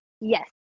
yes